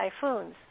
typhoons